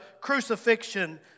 crucifixion